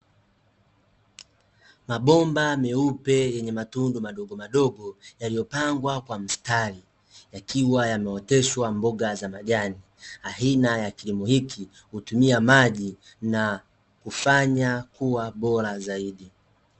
Mabomba meupe yenye matundu madogomadogo, yaliyopangwa kwa mstari. Yakiwa yameoteshwa mboga za majani. Aina ya kilimo hiki hutumia maji na hufanya kuwa bora zaidi.